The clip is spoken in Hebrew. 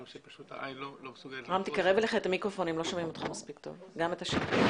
שפשוט העין לא מסוגלת לתפוס את זה,